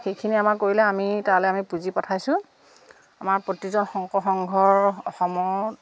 সেইখিনি আমাৰ কৰিলে আমি তালৈ আমি পুঁজি পঠাইছোঁ আমাৰ প্ৰতিজন শংকৰ সংঘৰ অসমত